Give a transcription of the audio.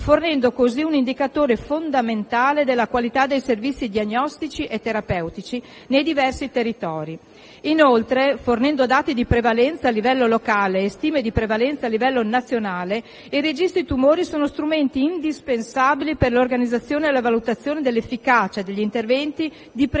fornendo così un indicatore fondamentale della qualità dei servizi diagnostici e terapeutici nei diversi territori. Inoltre, fornendo dati di prevalenza a livello locale e stime di prevalenza a livello nazionale, i registri tumori sono strumenti indispensabili per l'organizzazione e la valutazione dell'efficacia degli interventi di prevenzione